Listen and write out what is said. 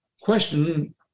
question